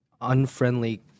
unfriendly